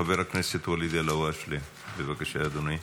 חבר הכנסת ואליד אלהואשלה, בבקשה, אדוני.